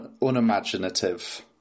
unimaginative